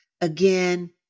Again